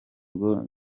bwo